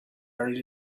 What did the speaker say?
very